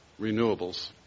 renewables